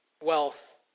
Wealth